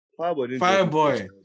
Fireboy